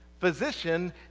Physician